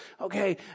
Okay